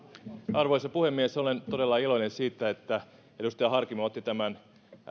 arvoisa puhemies olen todella iloinen siitä että edustaja harkimo otti tämän